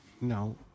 no